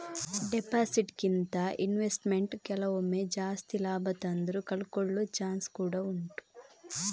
deposit ಗಿಂತ investment ಕೆಲವೊಮ್ಮೆ ಜಾಸ್ತಿ ಲಾಭ ತಂದ್ರೂ ಕಳ್ಕೊಳ್ಳೋ ಚಾನ್ಸ್ ಕೂಡಾ ಉಂಟು